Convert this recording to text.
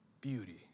beauty